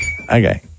Okay